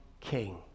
king